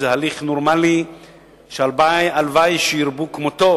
זה הליך נורמלי שהלוואי שירבו כמותו.